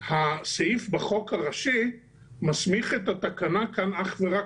הסעיף בחוק הראשי מסמיך את התקנה כאן אך ורק